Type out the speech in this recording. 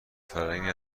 فرنگی